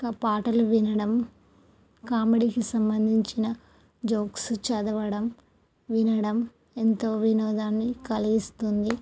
ఇంకా పాటలు వినడం కామెడీకి సంబంధించిన జోక్స్ చదవడం వినడం ఎంతో వినోదాన్ని కలిగిస్తుంది